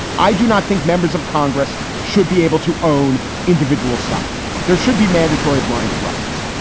i do not think members of congress should be able to own individual stock. there should be mandatory blind trusts.